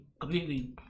completely